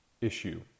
issue